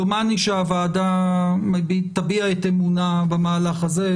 דומני שהוועדה תביע את אמונה במהלך הזה.